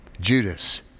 Judas